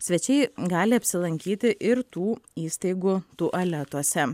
svečiai gali apsilankyti ir tų įstaigų tualetuose